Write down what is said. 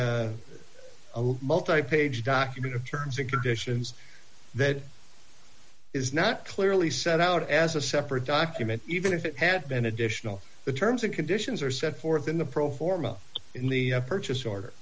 a multi page document of terms and conditions that is not clearly set out as a separate document even if it had been additional the terms and conditions are set forth in the pro forma in the purchase order